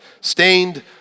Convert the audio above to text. stained